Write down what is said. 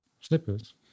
Slippers